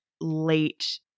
late